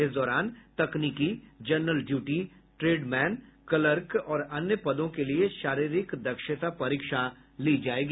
इस दौरान तकनीकी जनरल ड्यूटी ट्रेडमैन क्लर्क और अन्य पदों के लिए शारीरिक दक्षता परीक्षा ली जायेगी